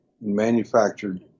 manufactured